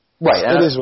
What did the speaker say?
Right